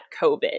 COVID